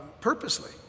purposely